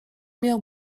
miał